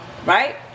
Right